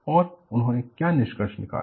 और उन्होंने क्या निष्कर्ष निकाला